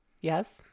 Yes